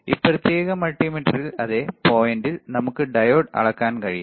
ഈ പ്രത്യേക മൾട്ടിമീറ്ററിൽ അതേ പോയിന്റിൽ നമുക്ക് ഡയോഡ് അളക്കാൻ കഴിയും